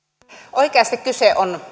oikeasti kyse on